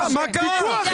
מה קרה?